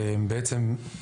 בעצם,